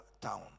town